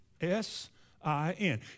S-I-N